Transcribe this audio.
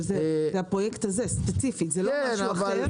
אבל זה הפרויקט הזה ספציפית, זה לא משהו אחר.